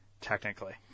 technically